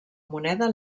moneda